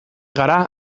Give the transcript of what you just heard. gara